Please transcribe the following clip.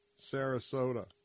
Sarasota